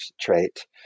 trait